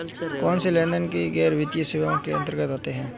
कौनसे लेनदेन गैर बैंकिंग वित्तीय सेवाओं के अंतर्गत आते हैं?